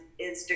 Instagram